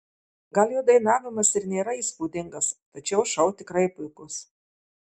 gal jo dainavimas ir nėra įspūdingas tačiau šou tikrai puikus